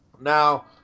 Now